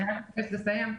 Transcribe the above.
אני רק אבקש לסיים.